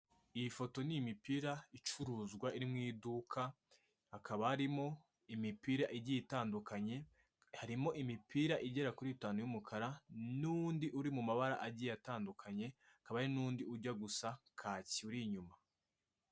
Iyi foto ni imipira icuruzwa, iri mu iduka, hakaba harimo imipira igiye itandukanye harimo imipira igera kuri itanu y'umukara, n'undi uri mu mabara agiye atandukanye haba n'undi ujya gusa kake ur'inyuma.